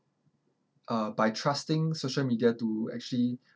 uh by trusting social media to actually